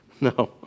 No